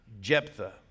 jephthah